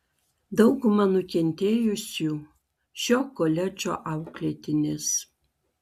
dauguma nukentėjusių šio koledžo auklėtinės